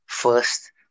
First